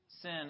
Sin